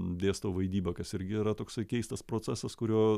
dėstau vaidybą kas irgi yra toksai keistas procesas kurio